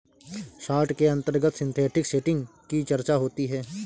short के अंतर्गत synthetic setting की चर्चा होती है